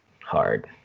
hard